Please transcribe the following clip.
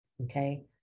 okay